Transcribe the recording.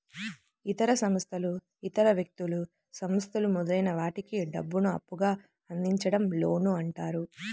ఇతర సంస్థలు ఇతర వ్యక్తులు, సంస్థలు మొదలైన వాటికి డబ్బును అప్పుగా అందించడం లోన్ అంటారు